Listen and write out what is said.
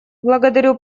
благодарю